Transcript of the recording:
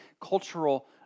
cultural